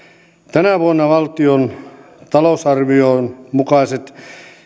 tänä vuonna valtion talousarvion mukaiset